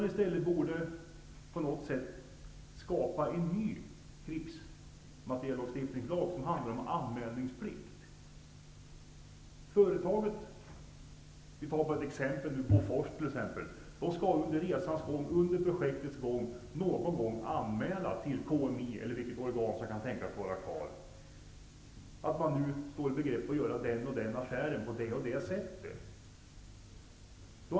I stället borde det på något sätt skapas en ny krigsmateriellagstiftning, en lag som handlar om anmälningsplikt. Företaget, Bofors t.ex., skall under projektets gång anmäla till KMI eller det organ som kan tänkas vara kvar att man står i begrepp att göra den och den affären på det och det sättet.